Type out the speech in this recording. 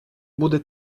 буде